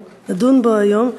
או נדון בו היום,